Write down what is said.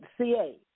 CA